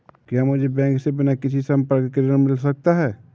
क्या मुझे बैंक से बिना किसी संपार्श्विक के ऋण मिल सकता है?